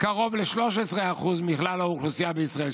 קרוב ל-13% מכלל האוכלוסייה בישראל,